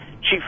chief